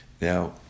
Now